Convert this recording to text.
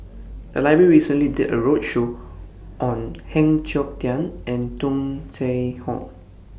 The Library recently did A roadshow on Heng Siok Tian and Tung Chye Hong